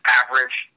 average